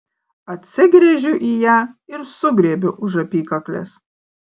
atsigręžiu į ją ir sugriebiu už apykaklės